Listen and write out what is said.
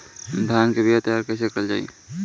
धान के बीया तैयार कैसे करल जाई?